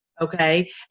okay